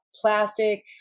plastic